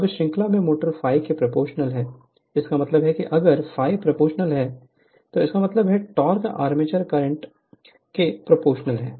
अब श्रृंखला में मोटर ∅ के प्रोपोर्शनल है इसका मतलब है अगर ∅ प्रोपोर्शनल ∅ है इसका मतलब है टोक़ आर्मेचर करंट स्क्वायर के प्रोपोर्शनल है